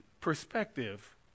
perspective